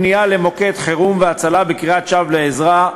פנייה למוקד חירום והצלה בקריאת שווא לעזרה),